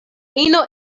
ino